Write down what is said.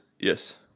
yes